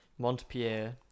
Montpierre